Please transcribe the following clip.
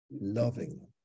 Loving